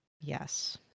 Yes